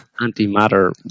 anti-matter